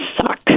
suck